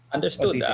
Understood